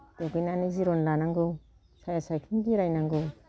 दुगैनानै जिरन लानांगौ साया सायख्लुम जिरायनांगौ